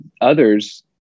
others